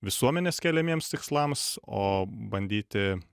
visuomenės keliamiems tikslams o bandyti